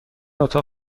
اتاق